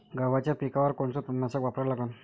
गव्हाच्या पिकावर कोनचं तननाशक वापरा लागन?